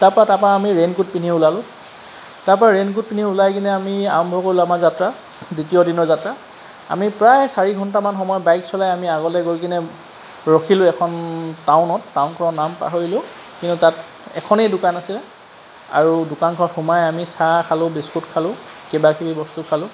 তাৰপৰা তাৰপৰা আমি ৰেইণকোট পিনি ওলালোঁ তাৰপৰা ৰেইণকোট পিন্ধি ওলাই কিনে আমি আৰম্ভ কৰিলোঁ আমাৰ যাত্ৰা দ্বিতীয় দিনৰ যাত্ৰা আমি প্ৰায় চাৰি ঘণ্টামান সময় বাইক চলাই আমি আগলৈ গৈ কিনে ৰখিলোঁ এখন টাউনত টাউনখনৰ নাম পাহৰিলোঁ কিন্তু তাত এখনেই দোকান আছিলে আৰু দোকানখনত সোমাই আমি চাহ খালোঁ বিস্কুট খালোঁ কিবাকিবি বস্তু খালোঁ